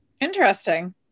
Interesting